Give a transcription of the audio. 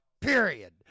period